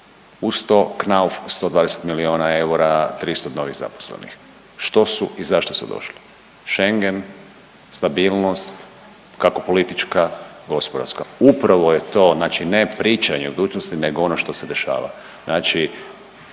Uz to, Knauf, 120 milijuna eura, 300 novih zaposlenih. Što su i zašto su došli? Schengen, stabilnost, kako politička, gospodarska. Upravo je to, znači ne pričanje u budućnosti nego ono što se dešava.